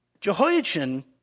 Jehoiachin